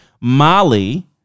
Molly